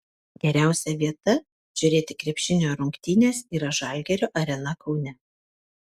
geriausia vieta žiūrėti krepšinio rungtynes yra žalgirio arena kaune